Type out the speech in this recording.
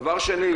דבר שני,